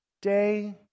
day